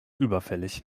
überfällig